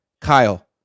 Kyle